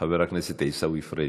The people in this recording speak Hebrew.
חבר הכנסת עיסאווי פריג'.